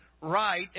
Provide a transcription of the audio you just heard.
right